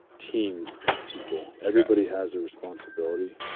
team of people. everybody has their responsibility,